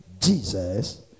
Jesus